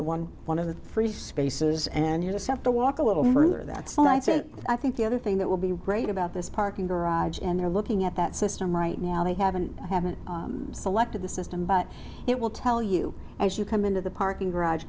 the one one of the free spaces and you just have to walk a little more that's what i said i think the other thing that will be great about this parking garage and they're looking at that system right now they haven't haven't selected the system but it will tell you as you come into the parking garage